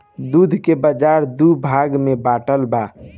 दूध के बाजार दू भाग में बाटल बा